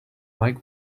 mike